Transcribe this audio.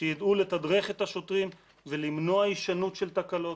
שיידעו לתדרך את השוטרים ולמנוע הישנות של תקלות